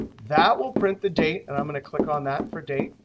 that will print the date and i'm going to click on that for date.